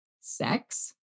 sex